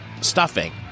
stuffing